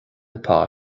atá